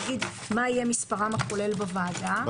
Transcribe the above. לומר מה יהיה מספרם הכולל בוועדה,